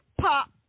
Pop